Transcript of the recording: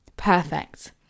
Perfect